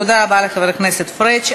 תודה רבה לחבר הכנסת פריג'.